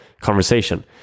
conversation